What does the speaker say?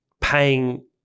paying